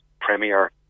premier